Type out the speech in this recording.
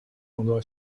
众多